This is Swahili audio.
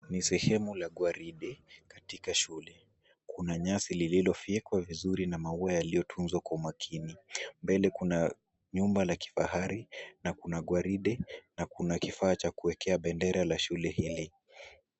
Ni sehemu la gwaride, katika shule, kuna nyasi lililo fyekwa vizuri na maua yaliotunzwa kwa umakini, mbele kuna, nyumba la kifahari, na kuna gwaride, na kuna kifaa cha kuekea bendera la shule hili.